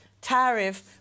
tariff